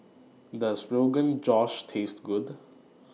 Does Rogan Josh Taste Good